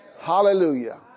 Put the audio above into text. Hallelujah